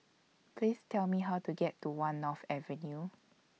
Please Tell Me How to get to one North Avenue